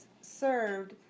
served